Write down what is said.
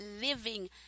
living